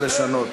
ולשנות.